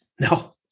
No